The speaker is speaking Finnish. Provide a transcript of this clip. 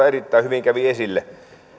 erittäin hyvin kävi esille